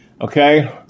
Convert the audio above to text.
okay